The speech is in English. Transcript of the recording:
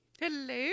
Hello